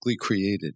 created